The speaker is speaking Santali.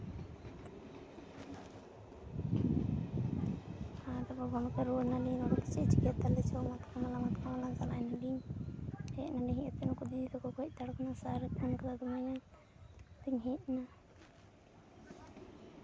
ᱟᱫᱚ ᱵᱟᱵᱟ ᱛᱟᱞᱤᱧ ᱨᱩᱣᱟᱹᱲ ᱱᱟᱞᱤᱧ ᱵᱟᱵᱟ ᱞᱟᱹᱭᱫᱟᱭ ᱪᱮᱫ ᱮ ᱪᱤᱠᱟᱹᱭᱮᱫ ᱛᱟᱞᱮ ᱪᱚᱝ ᱢᱟᱛᱠᱚᱢ ᱦᱟᱞᱟᱝ ᱢᱟᱛᱠᱚᱢ ᱦᱟᱞᱟᱝ ᱪᱟᱞᱟᱭᱱᱟᱞᱤᱧ ᱦᱮᱡ ᱱᱟᱞᱤᱧ ᱦᱮᱡ ᱠᱟᱛᱮ ᱱᱩᱠᱩ ᱫᱤᱫᱤ ᱛᱟᱠᱚ ᱠᱚ ᱦᱮᱡ ᱦᱟᱛᱟᱲ ᱠᱟᱱᱟ ᱥᱟᱨᱮᱭ ᱯᱷᱳᱱ ᱠᱟᱫᱟ ᱟᱫᱚᱧ ᱦᱮᱡ ᱮᱱᱟ